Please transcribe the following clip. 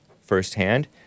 firsthand